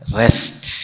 rest